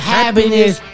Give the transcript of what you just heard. Happiness